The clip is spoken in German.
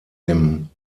dem